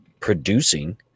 producing